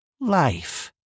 life